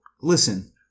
listen